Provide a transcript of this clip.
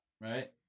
right